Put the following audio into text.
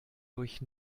durch